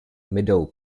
meadow